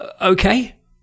Okay